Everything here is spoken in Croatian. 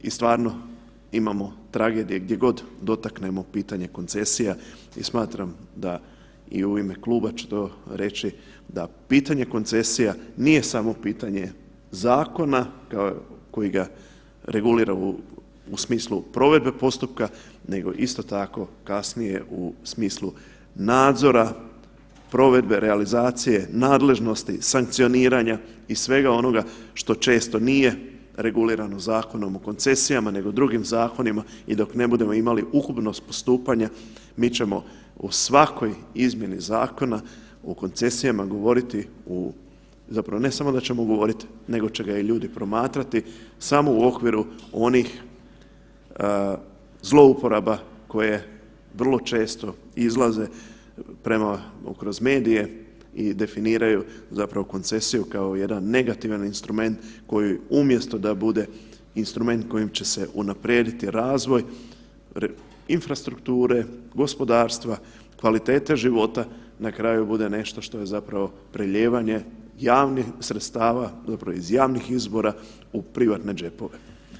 I stvarno imamo tragedije gdje god dotaknemo pitanje koncesija i smatram da i u ime kluba ću to reći da pitanje koncesija nije samo pitanje zakona koji ga regulira u smislu provedbe postupka nego isto tako kasnije u smislu nadzora, provedbe, realizacije, nadležnosti, sankcioniranja i svega onoga što često nije regulirano Zakonom o koncesijama nego drugim zakonima i dok ne budemo imali ukupnosti postupanja mi ćemo u svakoj izmjeni Zakona o koncesijama govoriti u, zapravo ne samo da ćemo govoriti nego će ga i ljudi promatrati samo u okviru onih zlouporaba koje vrlo često izlaze prema, kroz medije i definiraju zapravo koncesiju kao jedan negativan instrument koji umjesto da bude instrument kojim će se unaprijediti razvoj infrastrukture, gospodarstva, kvalitete života, na kraju bude nešto što je zapravo prelijevanje javnih sredstava zapravo iz javnih izvora u privatne džepove.